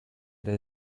ere